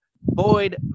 Boyd